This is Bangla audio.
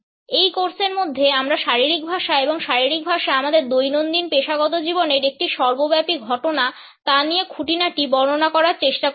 এই কোর্সের মধ্যে আমি শারীরিক ভাষা এবং শারীরিক ভাষা আমাদের দৈনন্দিন পেশাগত জীবনের একটি সর্বব্যাপী ঘটনা তা নিয়ে খুঁটিনাটি বর্ণনা করার চেষ্টা করেছি